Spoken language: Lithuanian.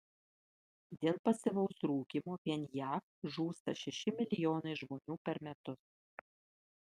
dėl pasyvaus rūkymo vien jav žūsta šeši milijonai žmonių per metus